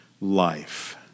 life